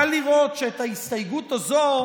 קל לראות שאת ההסתייגות הזו